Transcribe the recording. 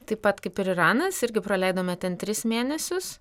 taip pat kaip ir iranas irgi praleidome ten tris mėnesius